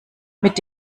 mit